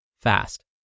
fast